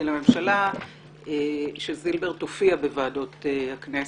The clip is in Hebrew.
לממשלה שדינה זילבר תופיע בוועדות הכנסת.